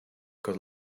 got